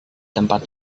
tempat